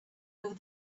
over